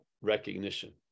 recognition